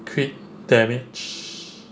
crit damage